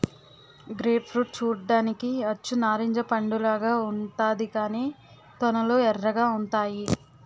grape fruit చూడ్డానికి అచ్చు నారింజ పండులాగా ఉంతాది కాని తొనలు ఎర్రగా ఉంతాయి